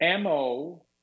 MO